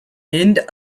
end